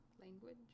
language